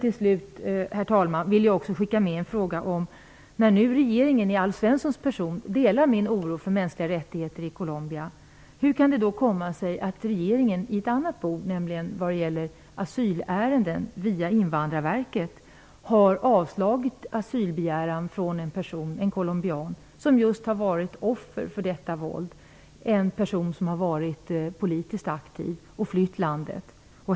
Herr talman! Till sist vill jag skicka med en fråga. Regeringen, i Alf Svenssons person, delar min oro när det gäller de mänskliga rättigheterna i Colombia. Hur kan det då komma sig att regeringen via Invandrarverket har avslagit en asylbegäran från en colombian som har varit offer för detta våld? Det är en person som har varit politiskt aktiv och flytt landet.